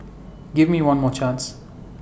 give me one more chance